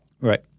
Right